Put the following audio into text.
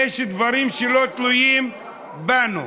יש דברים שלא תלויים בנו.